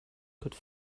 could